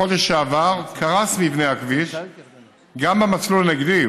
בחודש שעבר קרס מבנה הכביש גם במסלול הנגדי.